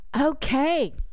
Okay